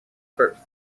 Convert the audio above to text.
first